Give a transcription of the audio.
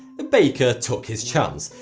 baker took his chance.